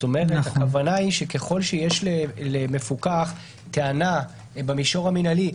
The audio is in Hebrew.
הכוונה היא שככל שיש למפוקח טענה במישור המינהלי,